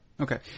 Okay